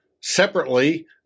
separately